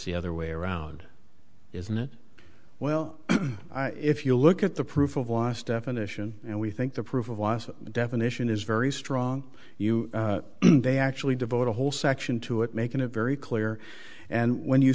the other way around isn't it well if you look at the proof of last definition and we think the proof of last definition is very strong they actually devote a whole section to it making it very clear and when you